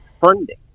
funding